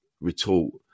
retort